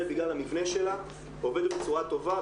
בגלל המבנה שלה עובדת בצורה טובה,